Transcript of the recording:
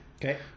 Okay